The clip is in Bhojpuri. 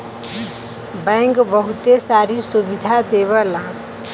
बैंक बहुते सारी सुविधा देवला